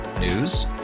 News